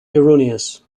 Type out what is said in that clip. erroneous